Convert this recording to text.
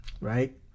right